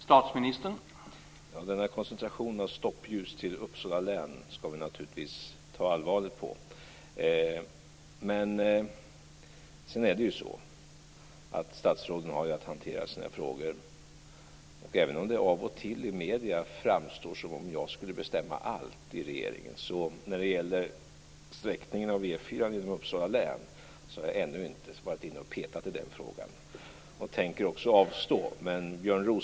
Herr talman! Denna koncentration av stoppljus i Uppsala län skall vi naturligtvis ta allvarligt på. Men statsråden har att hantera sina frågor. Även om det av och till i medierna framstår som att jag skulle bestämma allt i regeringen har jag när det gäller sträckningen av E 4:an genom Uppsala län ännu inte varit inne och petat i den frågan. Jag tänker också avstå från att göra det.